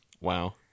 Wow